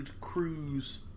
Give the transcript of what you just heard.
cruise